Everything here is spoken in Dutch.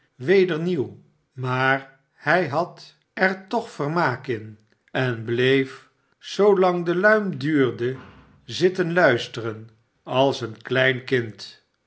nieuw maar hij had er toch vermaak in en bleef zoolang de luim duurde zitten luisteren als een klein kind